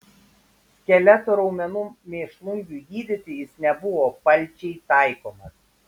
skeleto raumenų mėšlungiui gydyti jis nebuvo palčiai taikomas